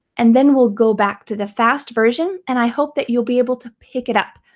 and then we'll go back to the fast version and i hope that you'll be able to pick it up,